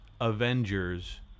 Avengers